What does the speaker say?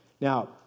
Now